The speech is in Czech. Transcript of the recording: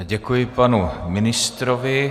Děkuji panu ministrovi.